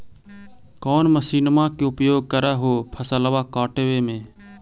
कौन मसिंनमा के उपयोग कर हो फसलबा काटबे में?